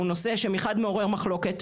הוא נושא שמחד מעורר מחלוקת,